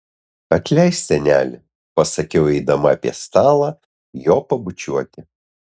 atleisk seneli pasakiau eidama apie stalą jo pabučiuoti